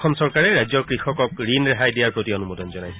অসম চৰকাৰে ৰাজ্যৰ কৃষকক কৃষি ঋণ ৰেহাই দিয়াৰ প্ৰতি অনুমোদন জনাইছে